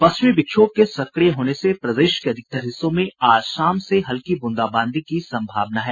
पश्चिमी विक्षोभ के सक्रिय होने से प्रदेश के अधिकतर हिस्सों में आज शाम से हल्की ब्रंदाबांदी की संभावना है